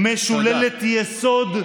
משוללת יסוד,